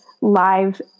live